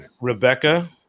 Rebecca